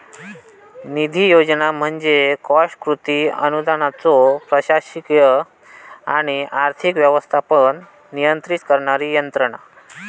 निधी योजना म्हणजे कॉस्ट कृती अनुदानाचो प्रशासकीय आणि आर्थिक व्यवस्थापन नियंत्रित करणारी यंत्रणा